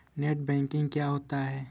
Net banking क्या होता है?